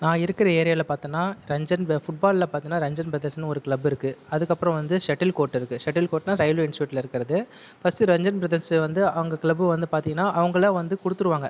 நான் இருக்கிற ஏரியாவில் பார்தோம்னா ரஞ்சன் ஃபுட் பாலில் பார்தோம்னா ரஞ்சன் பிரதர்ஸ்ன்னு ஒரு க்ளப் இருக்குது அதுக்கப்புறம் வந்து செட்டில்கோர்ட் இருக்குது செட்டில்கோர்ட்ன்னா ரயில்வே இன்ஸ்டிடியூட்டில் இருக்கிறது ஃபர்ஸ்ட் ரஞ்சன் பிரதர்ஸ் வந்து அவங்க க்ளப் வந்து பார்த்தீங்கன்னா அவங்களே வந்து கொடுத்துடுவாங்க